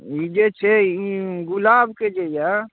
ई जे छै ई गुलाबके जे यऽ